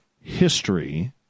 History